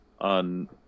on